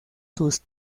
sus